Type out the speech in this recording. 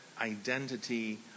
identity